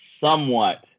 somewhat